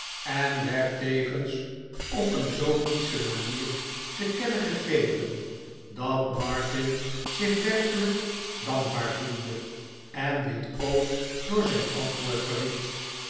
en werd tevens op een zoo kiesche manier te kennen een nieuwe vriend gegeven dat martin zich werkelijk dankbaar voelde en dit ook door zijn antwoord